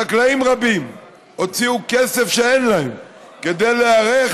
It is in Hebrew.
חקלאים רבים הוציאו כסף שאין להם כדי להיערך